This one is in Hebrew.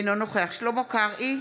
אינו נוכח שלמה קרעי,